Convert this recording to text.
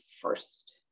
first